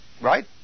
Right